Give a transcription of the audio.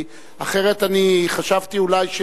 כי אחרת אני חשבתי שאולי,